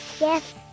Yes